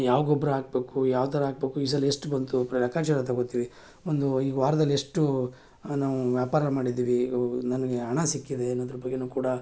ಯಾವ ಗೊಬ್ಬರ ಹಾಕ್ಬೇಕು ಯಾವ ಥರ ಹಾಕ್ಬೇಕು ಈ ಸಲ ಎಷ್ಟು ಬಂತು ಪ್ರ ಲೆಕ್ಕಾಚಾರ ತಗೊಳ್ತೀವಿ ಒಂದು ಈಗ ವಾರದಲ್ಲಿ ಎಷ್ಟು ನಾವು ವ್ಯಾಪಾರ ಮಾಡಿದ್ದೀವಿ ವ್ ನನಗೆ ಹಣ ಸಿಕ್ಕಿದೆ ಅನ್ನೋದ್ರ ಬಗ್ಗೆಯೂ ಕೂಡ